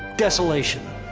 desolation!